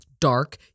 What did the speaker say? dark